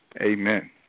Amen